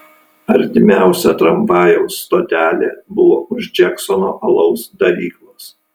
artimiausia tramvajaus stotelė buvo už džeksono alaus daryklos